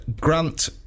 Grant